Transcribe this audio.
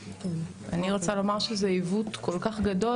אני רוצה לומר שזה עיוות כל כך גדול